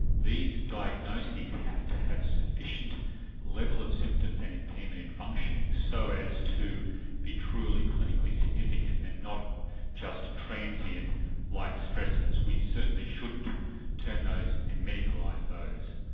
these diagnoses have to have sufficient level of symptoms and impairment in functioning so as to be truly clinically significant and not just transient life stresses. we certainly shouldn't turn those and medicalise those.